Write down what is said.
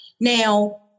Now